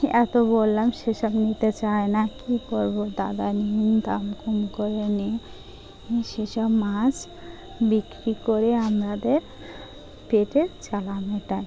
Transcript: এত বললাম সেসব নিতে চায় না কী করবো দাদা দাম কম করে নিয়ে সেসব মাছ বিক্রি করে আমাদের পেটে চালাই এটাই